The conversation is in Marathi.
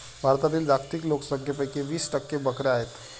भारतातील जागतिक लोकसंख्येपैकी वीस टक्के बकऱ्या आहेत